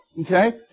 Okay